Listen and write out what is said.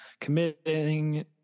committing